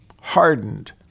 hardened